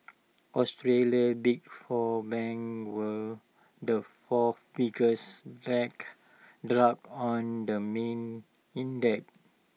Australia's big four banks were the four biggest drags on the main index